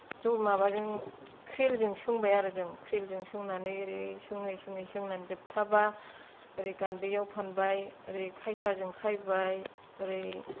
ज' माबाजों ख्रिल जों सोंबाय आरो जों ख्रिल जों सोंनानै ओरै ओरै सोङै सोङै सोंनानै जोबथाबा ओरै गान्दैयाव फानबाय ओरै खायथाजों खायबाय ओरै